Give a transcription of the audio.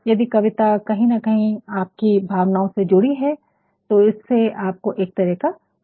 यदि कविता कही न कही आपकी भावनाओ से जुडी है तो इससे आपको एक तरह का सुकून मिलता है